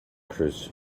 kris